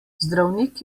zdravnik